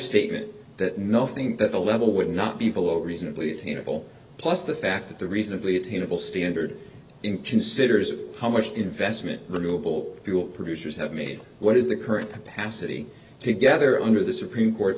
statement that nothing that the level would not be people over reasonably attainable plus the fact that a reasonably attainable standard in considers how much investment the ruble fuel producers have made what is the current capacity together under the supreme court